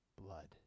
blood